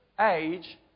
age